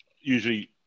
usually